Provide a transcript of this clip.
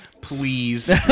Please